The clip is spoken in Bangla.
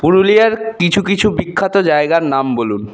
পুরুলিয়ার কিছু কিছু বিখ্যাত জায়গার নাম বলুন